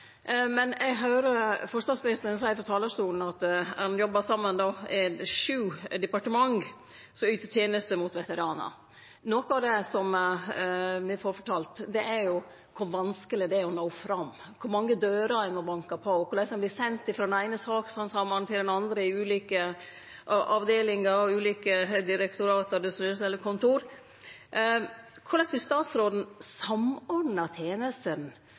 Men eg høyrer kva statsråden seier frå talarstolen, at ein jobbar saman i sju departement som yter tenester mot veteranane. Noko av det som me får fortalt, er kor vanskeleg det er å nå fram, kor mange dører ein må banke på, korleis ein vert send frå den eine sakshandsaminga til den andre i ulike avdelingar og ulike direktorat og kontor. Korleis vil statsråden